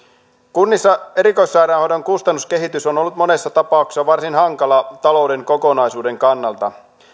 kunnissa erikoissairaanhoidon kustannuskehitys on ollut monessa tapauksessa varsin hankala talouden kokonaisuuden kannalta